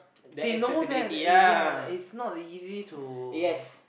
they know that eh ya is not easy to